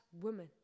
woman